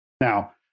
Now